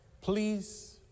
please